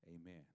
Amen